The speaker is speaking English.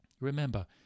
Remember